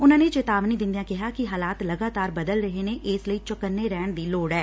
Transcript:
ਉਨੂਂ ਨੇ ਚੇਤਾਵਨੀ ਦਿੰਦਿਆਂ ਕਿਹਾ ਕਿ ਹਾਲਾਤ ਲਗਾਤਾਰ ਬਦਲ ਰਹੇ ਨੇ ਇਸ ਲਈ ਚੌਕੰਨੇ ਰਹਿਣ ਦੀ ਲੋੜ ਐ